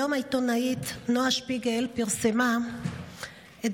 היום העיתונאית נועה שפיגל פרסמה את